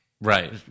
Right